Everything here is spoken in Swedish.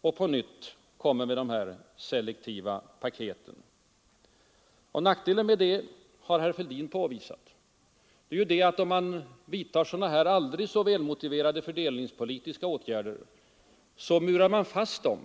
och på nytt kommer med dessa selektiva paket. Nackdelen med det har herr Fälldin påvisat. Om man vidtar sådana här aldrig så välmotiverade fördelningspolitiska åtgärder, så murar man fast dem.